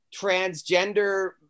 transgender